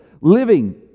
living